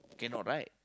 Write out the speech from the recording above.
cannot right